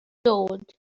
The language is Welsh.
dod